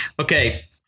Okay